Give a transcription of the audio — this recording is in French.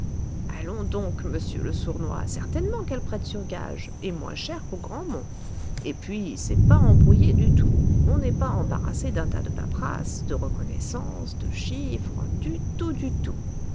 allons donc monsieur le sournois certainement qu'elle prête sur gages et moins cher qu'au grand mont et puis c'est pas embrouillé du tout on n'est pas embarrassé d'un tas de paperasses de reconnaissances de chiffres du tout du tout